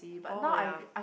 oh ya